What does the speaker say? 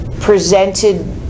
presented